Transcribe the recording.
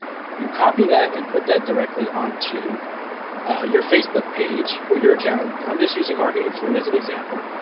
you copy that and put that directly onto your facebook page for your account. i'm just using marketing food as an example.